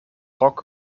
rock